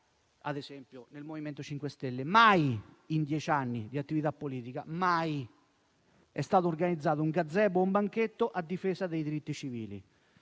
ad esempio, nel MoVimento 5 Stelle, mai in dieci anni di attività politica - e sottolineo mai - è stato organizzato un gazebo o un banchetto a difesa dei diritti civili.